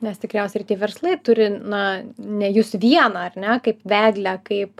nes tikriausiai tie verslai turi na ne jus vieną ar ne kaip vedlę kaip